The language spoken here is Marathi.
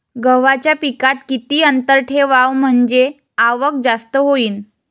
गव्हाच्या पिकात किती अंतर ठेवाव म्हनजे आवक जास्त होईन?